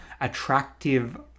attractive